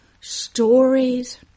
stories